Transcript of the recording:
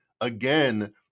again